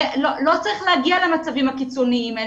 לא צריך להגיע למצבים הקיצוניים האלה.